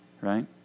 right